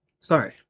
Sorry